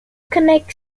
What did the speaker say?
connects